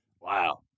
Wow